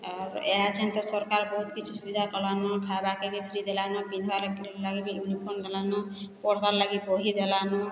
ଆଉର୍ ଏହା ଯେନ୍ତା ସରକାର ବହୁତ୍ କିଛି ସୁବିଧା କଲାନ ଖାଇବା କେ ଫ୍ରି ଦେଲାନ ପିନ୍ଧିବା ଲାଗି ବି ୟୁନିଫର୍ମ ଦେଲାନ ପଢ଼ିବାର୍ ଲାଗି ବହି ଦେଲାନ